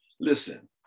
Listen